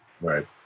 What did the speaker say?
Right